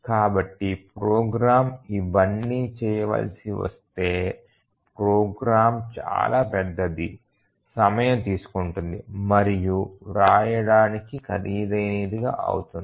కాబట్టి ప్రోగ్రామ్ ఇవన్నీ చేయవలసి వస్తే ప్రోగ్రామ్ చాలా పెద్దది సమయం తీసుకుంటుంది మరియు వ్రాయడానికి ఖరీదైనది అవుతుంది